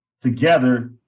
together –